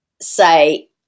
say